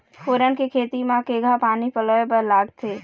फोरन के खेती म केघा पानी पलोए बर लागथे?